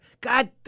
God